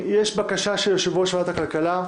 יש בקשה של יושב-ראש ועדת הכלכלה,